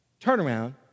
turnaround